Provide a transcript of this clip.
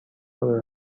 رابه